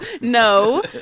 No